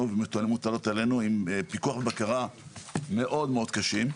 ומוטלות עלינו עם פיקוח ובקרה מאוד מאוד קשים.